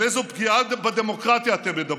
על איזו פגיעה בדמוקרטיה אתם מדברים?